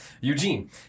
Eugene